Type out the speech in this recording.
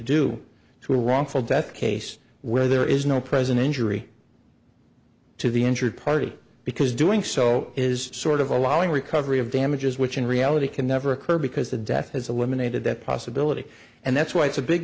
do to a wrongful death case where there is no present injury to the injured party because doing so is sort of allowing recovery of damages which in reality can never occur because the death has eliminated that possibility and that's why it's a big